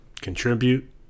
contribute